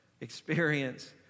experience